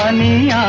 me